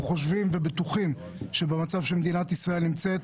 חושבים ובטוחים שבמצב שמדינת ישראל נמצאת,